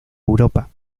europa